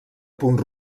punt